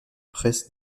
presses